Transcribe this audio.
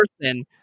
person